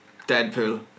Deadpool